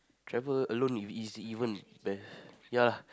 travel alone is easy even if bear ya lah